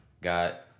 got